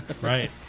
right